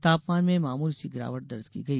तापमान में मामूली सी गिरावट दर्ज की गई